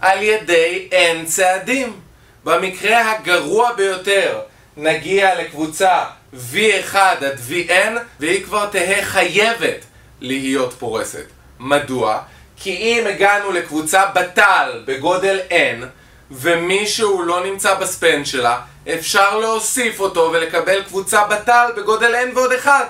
על ידי N צעדים במקרה הגרוע ביותר נגיע לקבוצה V1 עד VN והיא כבר תהיה חייבת להיות פורסת. מדוע? כי אם הגענו לקבוצה בטל בגודל N ומשהוא לא נמצא בספנד שלה אפשר להוסיף אותו ולקבל קבוצה בטל בגודל N ועוד אחד